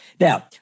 Now